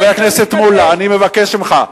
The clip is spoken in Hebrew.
חבר הכנסת מולה, אני מבקש ממך.